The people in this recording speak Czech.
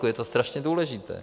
Je to strašně důležité.